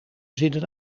zinnen